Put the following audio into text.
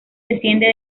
desciende